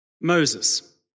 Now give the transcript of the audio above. Moses